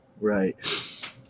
Right